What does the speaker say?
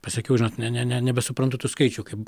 pasakiau žinot ne ne ne nebesuprantu tų skaičių kaip